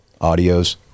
Audios